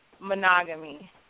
monogamy